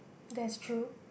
that's true